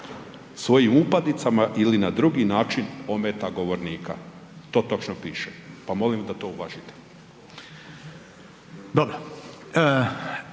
svojim upadicama ili na drugi način ometa govornika. To točno piše. Pa molim da to uvažite.